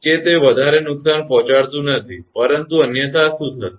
કે તે વધારે નુકસાન પહોંચાડતું નથી પરંતુ અન્યથા શું થશે